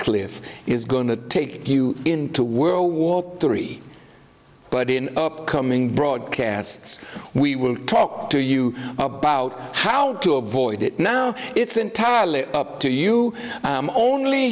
cliff is going to take you into world war three but in the upcoming broadcasts we will talk to you about how to avoid it now it's entirely up to you only